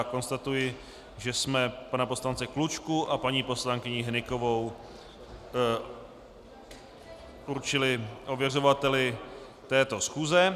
Konstatuji, že jsme pana poslance Klučku a paní poslankyni Hnykovou určili ověřovateli této schůze.